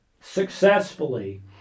successfully